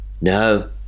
No